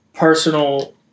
Personal